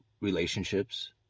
relationships